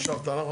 מה חשבת?